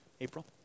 April